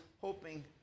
hoping